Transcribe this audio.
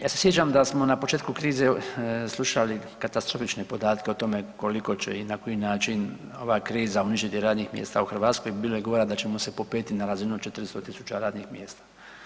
Ja se sjećam da smo na početku krize slušali katastrofične podatke o tome koliko će i na koji način ova kriza uništiti radnih mjesta u Hrvatskoj, bilo je govora da ćemo se popeti na razinu od 400 000 radnih mjesta.